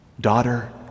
Daughter